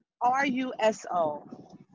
R-U-S-O